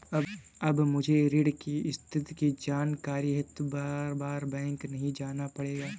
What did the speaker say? अब मुझे ऋण की स्थिति की जानकारी हेतु बारबार बैंक नहीं जाना पड़ेगा